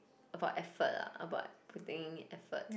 about effort ah about putting effort